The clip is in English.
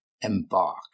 embark